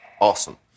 Awesome